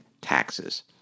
taxes